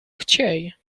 chciej